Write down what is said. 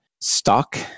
stock